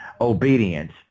obedience